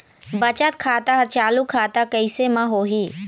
बचत खाता हर चालू खाता कैसे म होही?